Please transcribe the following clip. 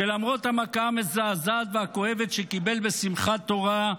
שלמרות המכה המזעזעת והכואבת שקיבל בשמחת תורה,